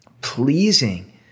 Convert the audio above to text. pleasing